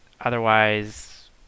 otherwise